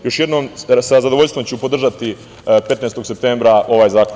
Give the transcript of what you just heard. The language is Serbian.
Još jednom, sa zadovoljstvom ću podržati 15. septembra ovaj zakon.